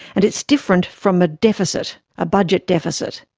and it's different from a deficit, a budget deficit.